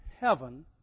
heaven